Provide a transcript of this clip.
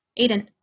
Aiden